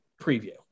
preview